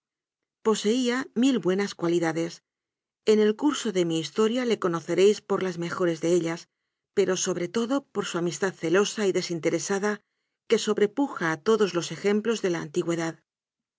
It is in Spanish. posefci mil buenas cualidades en el cu o de mi historia le conoceréis por las mejores de ellas sobre todo por su amistad celosa y des interesada que sobrepuja a todos los ejemplos de la antigüedad